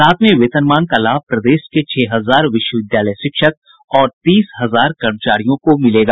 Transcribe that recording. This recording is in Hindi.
सातवें वेतनमान का लाभ प्रदेश के छह हजार विश्वविद्यालय शिक्षक और तीस हजार कर्मचारियों को मिलेगा